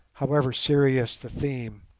however serious the theme